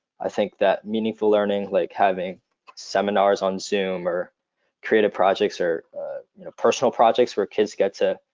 i think that meaningful learning, like having seminars on zoom or creative projects, or personal projects where kids get to